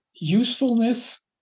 usefulness